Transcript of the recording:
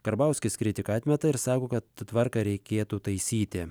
karbauskis kritiką atmeta ir sako kad tvarką reikėtų taisyti